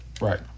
Right